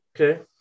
Okay